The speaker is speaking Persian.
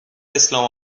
اسلام